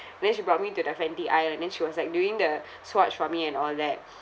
then she brought me to the Fenty aisle and then she was like doing the swatch for me and all that